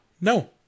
No